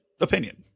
opinion